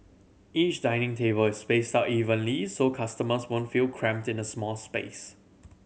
each dining table is spaced out evenly so customers won't feel cramped in a small space